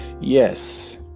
yes